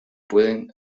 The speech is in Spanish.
pueden